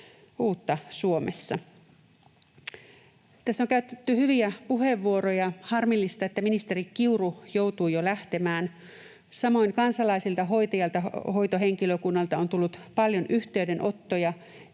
uutta Suomessa. Tässä on käytetty hyviä puheenvuoroja. Harmillista, että ministeri Kiuru joutui jo lähtemään. Samoin kansalaisilta, hoitajilta, hoitohenkilökunnalta on tullut paljon yhteydenottoja,